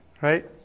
right